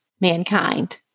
mankind